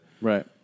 Right